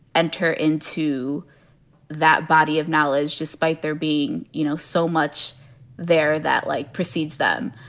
enter into that body of knowledge, despite there being, you know, so much there that, like, precedes them.